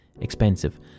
expensive